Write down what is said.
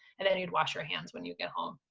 and then you'd wash your hands when you get home.